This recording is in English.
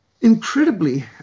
incredibly